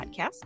podcast